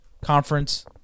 Conference